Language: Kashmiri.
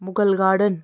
مُغل گارڈَن